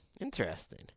Interesting